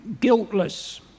guiltless